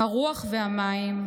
הרוח והמים,